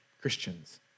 Christians